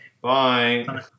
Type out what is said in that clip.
Bye